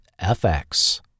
FX